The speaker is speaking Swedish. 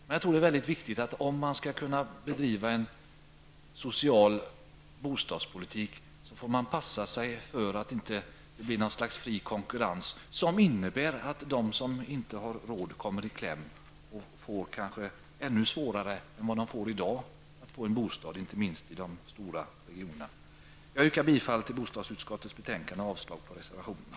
Men om man skall kunna bedriva en social bostadspolitik får man passa sig så att det inte blir en fri konkurrens som innebär att de som inte har råd kommer i kläm och får det ännu svårare än de har i dag att få en bostad, inte minst i storstadsregionerna. Jag yrkar bifall till bostadsutskottets hemställan och avslag på reservationerna.